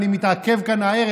אני מתעכב כאן הערב,